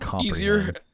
easier